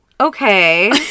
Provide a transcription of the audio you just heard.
Okay